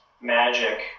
Magic